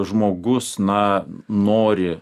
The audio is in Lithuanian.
žmogus na nori